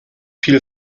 viel